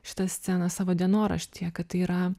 šitą sceną savo dienoraštyje kad tai yra